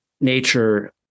nature